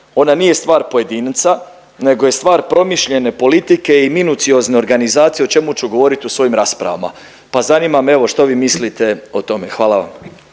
ona nije stvar pojedinca nego je stvar promišljene politike i minuciozne organizacije o čemu ću govorit u svojim raspravama. Pa zanima me evo što vi mislite o tome? Hvala vam.